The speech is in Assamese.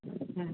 হয়